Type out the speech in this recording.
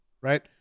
right